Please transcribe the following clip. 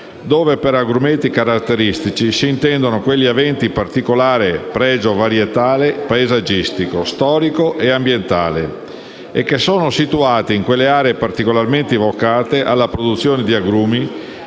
dove per agrumeti caratteristici si intendono quelli aventi particolare pregio varietale paesaggistico, storico e ambientale e che sono situati in quelle aree particolarmente vocate alla produzione di agrumi